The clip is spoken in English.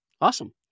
awesome